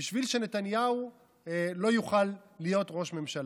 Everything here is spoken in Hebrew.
בשביל שנתניהו לא יוכל להיות ראש ממשלה.